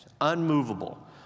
unmovable